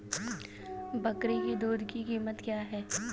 बकरी की दूध की कीमत क्या है?